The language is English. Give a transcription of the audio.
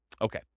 Okay